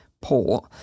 port